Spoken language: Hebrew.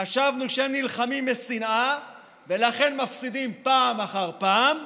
חשבנו שהם נלחמים משנאה ולכן מפסידים פעם אחר פעם.